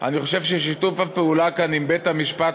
אני חושב ששיתוף הפעולה כאן עם בית-המשפט